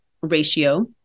ratio